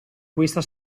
questa